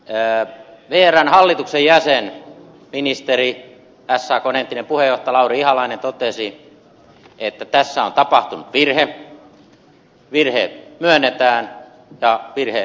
vrn hallituksen jäsen ministeri sakn entinen puheenjohtaja lauri ihalainen totesi että tässä on tapahtunut virhe virhe myönnetään ja virhe oikaistaan